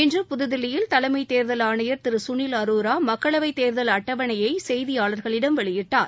இன்று புதுதில்லியில் தலைமைத் தேர்தல் ஆணையர் திரு சுனில் அரோரா மக்களவைத் தேர்தல் அட்டவணையை செய்தியாளர்களிடம் வெளியிட்டார்